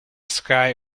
sky